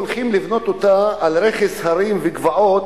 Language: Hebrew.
הולכים לבנות אותה על רכס הרים וגבעות